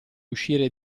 uscire